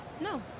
No